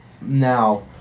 Now